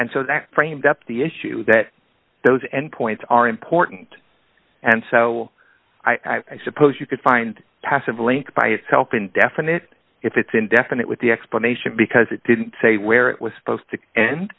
and so that framed up the issue that those end points are important and so i suppose you could find passively by its help indefinite if it's indefinite with the explanation because it didn't say where it was supposed to end